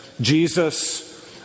Jesus